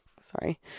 sorry